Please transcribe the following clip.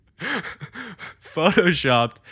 Photoshopped